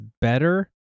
better